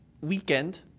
weekend